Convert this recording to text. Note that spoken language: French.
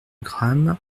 grammes